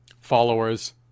Followers